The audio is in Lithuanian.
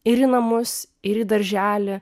ir į namus ir į darželį